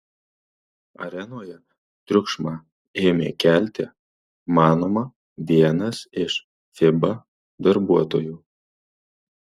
arenoje triukšmą ėmė kelti manoma vienas iš fiba darbuotojų